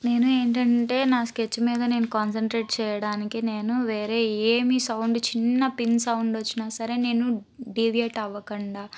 నేను ఏంటంటే నా స్కెచ్ మీద నేను కాన్సన్ట్రేట్ చేయడానికి నేను వేరే ఏమీ సౌండ్ చిన్న పిన్ సౌండ్ వచ్చిన సరే నేను డివియేట్ అవ్వకుండా